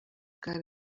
bwa